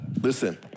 listen